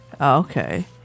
Okay